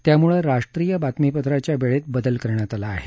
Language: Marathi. त्याम्ळे राष्ट्रीय बातमीपत्राच्या वेळेत बदल करण्यात आला आहे